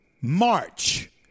March